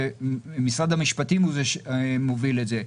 זה משרד המשפטים מוביל את זה,